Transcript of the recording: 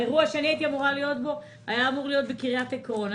האירוע שבו הייתי אמורה להיות הוא בקריית עקרון.